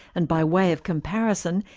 and by way of comparison,